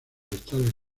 tales